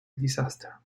disaster